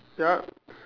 yup